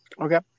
Okay